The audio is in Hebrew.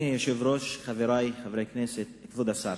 אדוני היושב-ראש, חברי חברי הכנסת, כבוד השר,